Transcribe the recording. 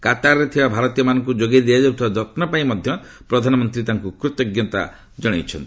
କାତାରରେ ଥିବା ଭାରତୀୟମାନଙ୍କୁ ଯୋଗାଇ ଦିଆଯାଉଥିବା ଯତ୍ନ ପାଇଁ ପ୍ରଧାନମନ୍ତ୍ରୀ ତାଙ୍କୁ କୃତଞ୍ଜତା ଜଣାଇଛନ୍ତି